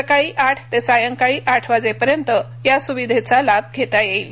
सकाळी आठ ते सायंकाळी आठ वाजेपर्यंत या सुविधेचा लाभ घेता येईल